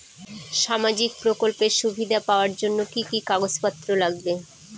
সামাজিক প্রকল্পের সুবিধা পাওয়ার জন্য কি কি কাগজ পত্র লাগবে?